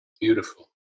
Beautiful